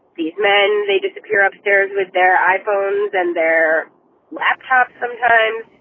these men, they disappear upstairs with their iphones and their laptops sometimes